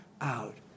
out